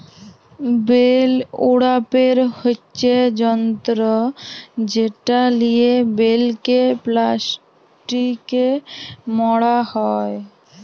bell উড়াপের হচ্যে যন্ত্র যেটা লিয়ে বেলকে প্লাস্টিকে মড়া হ্যয়